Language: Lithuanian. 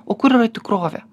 o kur yra tikrovė